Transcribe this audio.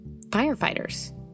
Firefighters